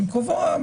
הן קובעות,